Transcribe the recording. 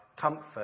comfort